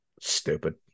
Stupid